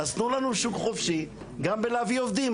אז תנו לנו שוק חופשי גם בלהביא עובדים,